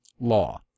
Law